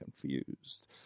confused